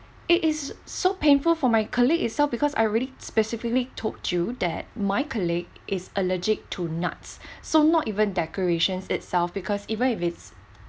it is so painful for my colleague itself because I really specifically told you that my colleague is allergic to nuts so not even decorations itself because even if it's